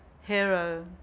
hero